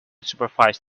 supervise